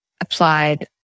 applied